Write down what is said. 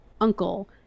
uncle